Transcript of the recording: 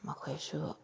ꯃꯈꯣꯏꯁꯨ